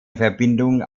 verbindung